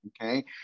Okay